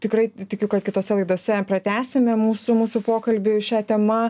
tikrai tikiu kad kitose laidose pratęsime mūsų mūsų pokalbį šia tema